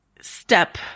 step